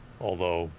although,